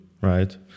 right